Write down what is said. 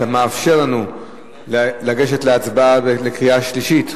אתה מאפשר לנו לגשת להצבעה לקריאה שלישית?